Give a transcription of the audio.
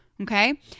Okay